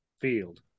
field